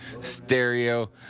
stereo